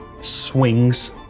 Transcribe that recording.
swings